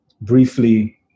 briefly